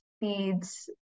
feeds